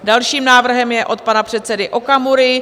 Další návrh je od pana předsedy Okamury.